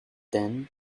then